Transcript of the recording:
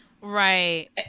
Right